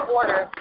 order